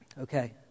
Okay